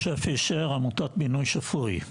משה פישר, עמותת בינוי שפוי.